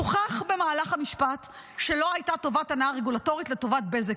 הוכח במהלך המשפט שלא הייתה טובת הנאה רגולטורית לטובת בזק.